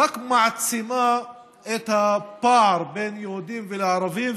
רק מעצימה את הפער בין יהודים לערבים,